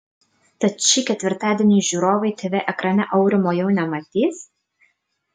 tad šį ketvirtadienį žiūrovai tv ekrane aurimo jau nematys